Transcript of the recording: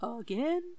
Again